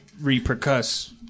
repercuss